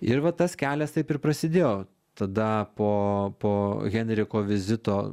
ir va tas kelias taip ir prasidėjo tada po po henriko vizito